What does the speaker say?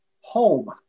home